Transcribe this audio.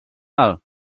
alt